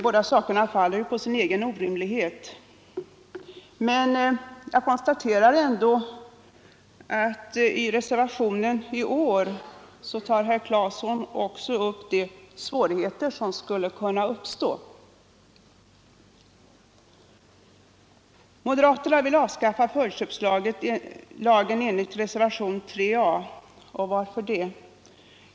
Båda sakerna faller på sin egen orimlighet. Jag konstaterar emellertid att herr Claeson i reservationen i år också tar upp de svårigheter som skulle kunna uppstå. Moderaterna vill avskaffa förköpsregeln enligt reservationen 3 a. Varför?